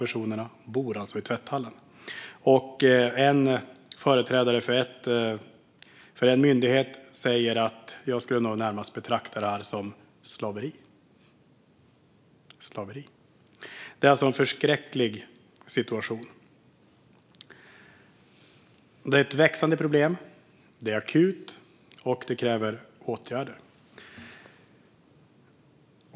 En företrädare för en myndighet säger att detta närmast är att betrakta som slaveri. Det är alltså en förskräcklig situation. Detta är ett växande, akut problem, som kräver åtgärder.